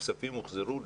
הכספים הוחזרו.